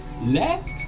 Left